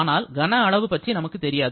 ஆனால் கன அளவு பற்றி நமக்கு தெரியாது